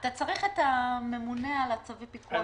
אתה צריך את הממונה על צווי הפיקוח במשרד הכלכלה.